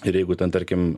ir jeigu ten tarkim